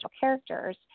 characters